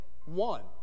one